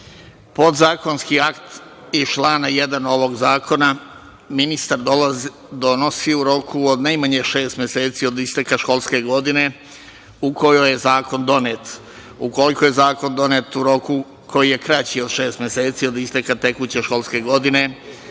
„Podzakonski akt iz člana 1. ovog zakona ministar donosi u roku od najmanje šeste meseci od isteka školske godine u kojoj je zakon donet. Ukoliko je zakona donet u roku koji je kraći od šest meseci od isteka tekuće školske godine,